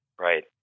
Right